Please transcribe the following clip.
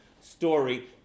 story